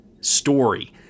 story